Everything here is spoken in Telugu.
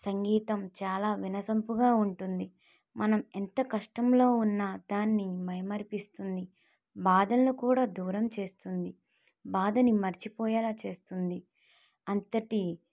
సంగీతం చాలా వినసొంపుగా ఉంటుంది మనం ఎంత కష్టంలో ఉన్నా దాన్ని మైమరపిస్తుంది బాధలను కూడా దూరం చేస్తుంది బాధని మర్చిపోయేలా చేస్తుంది అంతటి